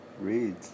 read